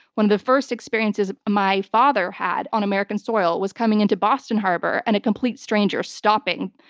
one of the first experiences my father had on american soil was coming into boston harbor and a complete stranger stopping,